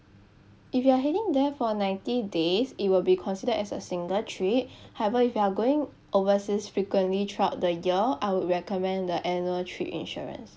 if you are heading there for ninety days it will be considered as a single trip however if you are going overseas frequently throughout the year I would recommend the annual trip insurance